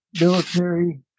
military